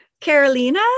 Carolina